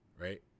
Right